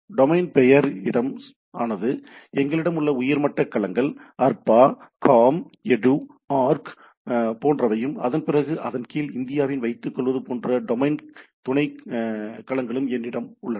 domain பெயர் இடம் ஆனது எங்களிடம் உள்ள உயர்மட்ட களங்கள் அர்பா காம் எடு ஆர்க் போன்றவையும் அதன்பிறகு அதன் கீழ் இந்தியாவில் வைத்துக்கொள்வது போன்ற துணை களங்களும் என்னிடம் உள்ளன